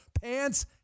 pants